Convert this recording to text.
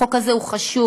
החוק הזה הוא חשוב.